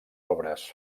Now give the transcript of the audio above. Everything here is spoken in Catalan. obres